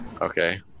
Okay